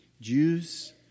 Jews